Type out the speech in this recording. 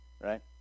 right